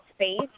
space